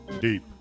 Deep